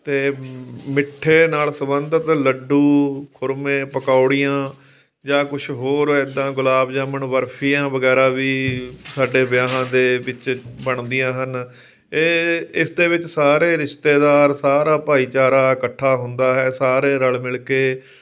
ਅਤੇ ਮਿੱਠੇ ਨਾਲ ਸੰਬੰਧਿਤ ਲੱਡੂ ਖੁਰਮੇ ਪਕੌੜੀਆਂ ਜਾਂ ਕੁਝ ਹੋਰ ਇੱਦਾਂ ਗੁਲਾਬ ਜਾਮਣ ਬਰਫੀਆਂ ਵਗੈਰਾ ਵੀ ਸਾਡੇ ਵਿਆਹਾਂ ਦੇ ਵਿੱਚ ਬਣਦੀਆਂ ਹਨ ਇਹ ਇਸ ਦੇ ਵਿੱਚ ਸਾਰੇ ਰਿਸ਼ਤੇਦਾਰ ਸਾਰਾ ਭਾਈਚਾਰਾ ਇਕੱਠਾ ਹੁੰਦਾ ਹੈ ਸਾਰੇ ਰਲ ਮਿਲ ਕੇ